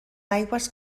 aigües